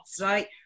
right